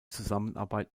zusammenarbeit